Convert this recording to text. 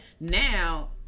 Now